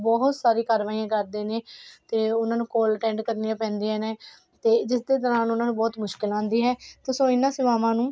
ਬਹੁਤ ਸਾਰੀ ਕਾਰਵਾਈਆਂ ਕਰਦੇ ਨੇ ਅਤੇ ਉਹਨਾਂ ਨੂੰ ਕੌਲ ਅਟੈਂਡ ਕਰਨੀਆਂ ਪੈਂਦੀਆਂ ਨੇ ਅਤੇ ਜਿਸ ਦੇ ਦੌਰਾਨ ਉਹਨਾਂ ਨੂੰ ਬਹੁਤ ਮੁਸ਼ਕਲ ਆਉਂਦੀ ਹੈ ਅਤੇ ਸੋ ਇਹਨਾਂ ਸੇਵਾਵਾਂ ਨੂੰ